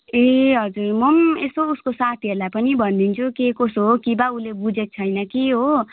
ए हजुर म पनि यसो उसको साथीहरूलाई पनि भनिदिन्छु के कसो हो कि बा उसले बुझेको छैन कि हो